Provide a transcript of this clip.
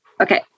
Okay